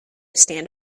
stand